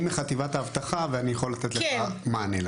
אני מחטיבת האבטחה, ואני יכול לתת לך מענה.